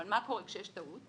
אבל מה קורה כשיש טעות?